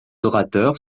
orateurs